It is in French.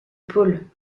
pôles